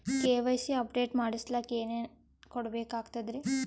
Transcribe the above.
KYC update ಮಾಡಸ್ಲಕ ಏನೇನ ಕೊಡಬೇಕಾಗ್ತದ್ರಿ?